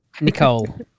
Nicole